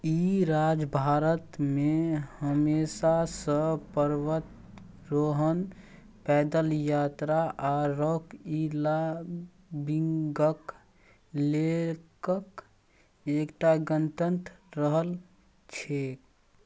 ई राज्य भारत मे हमेशा सँ पर्वतरोहण पैदल यात्रा आ रॉक क्लाइम्बिंग के लेल एकटा गंतव्य रहल छैक